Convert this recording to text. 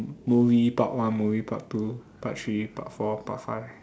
movie part one movie part two part three part four part five